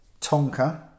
tonka